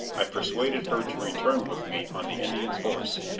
i persuaded her to return with me on the indian's horse.